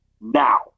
Now